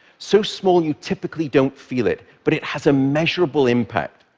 so small you typically don't feel it, but it has a measurable impact.